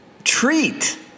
treat